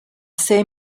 same